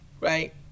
right